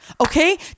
okay